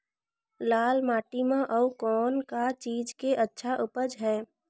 लाल माटी म अउ कौन का चीज के अच्छा उपज है?